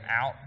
out